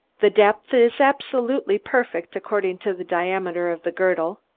the depth is absolutely perfect according to the diameter of the girdle.